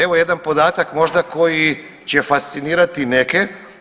Evo jedan podatak možda koji će fascinirati neke.